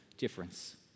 Difference